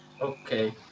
Okay